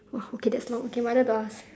!wah! okay that's long my turn to ask